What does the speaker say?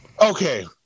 Okay